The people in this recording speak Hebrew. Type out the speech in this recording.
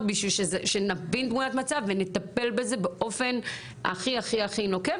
בשביל שנבין את תמונת המצב ונטפל בזה באופן הכי הכי הכי נוקב,